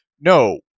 no